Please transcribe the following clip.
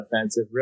offensive